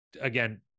again